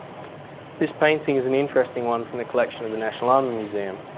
this painting is an interesting one from the collection of the national army museum.